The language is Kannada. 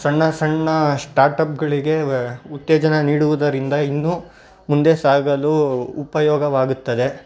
ಸಣ್ಣ ಸಣ್ಣ ಶ್ಟಾಟಪ್ಗಳಿಗೆ ಉತ್ತೇಜನ ನೀಡುವುದರಿಂದ ಇನ್ನೂ ಮುಂದೆ ಸಾಗಲು ಉಪಯೋಗವಾಗುತ್ತದೆ